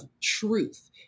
truth